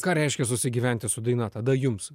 ką reiškia susigyventi su daina tada jums